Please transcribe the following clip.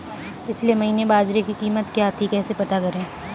पिछले महीने बाजरे की कीमत क्या थी कैसे पता करें?